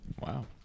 Wow